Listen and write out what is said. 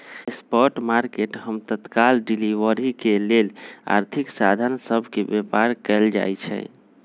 spot market हम तत्काल delivery के लेल आर्थिक साधन सभ के व्यापार कयल जाइ छइ